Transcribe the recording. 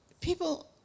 people